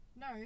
No